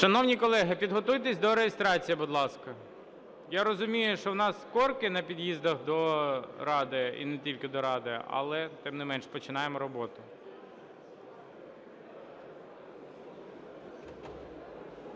Шановні колеги, підготуйтесь до реєстрації, будь ласка. Я розумію, що у нас корки на під'їздах до Ради і не тільки до Ради, але тим не менш починаємо роботу.